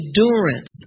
endurance